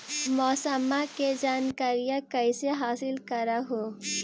मौसमा के जनकरिया कैसे हासिल कर हू?